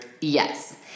Yes